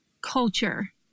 culture